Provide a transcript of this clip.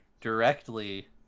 directly